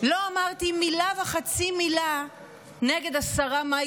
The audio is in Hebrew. לא אמרתי מילה וחצי מילה נגד השרה מאי